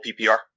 PPR